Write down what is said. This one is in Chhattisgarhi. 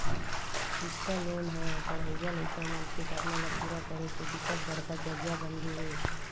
सिक्छा लोन ह पड़हइया लइका मन के सपना ल पूरा करे के बिकट बड़का जरिया बनगे हे